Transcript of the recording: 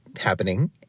happening